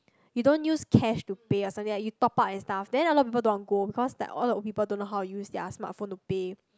you don't use cash to pay or something like that you top up and stuff then a lot of people don't want to go because like all the old people don't know how to use their smart phones to pay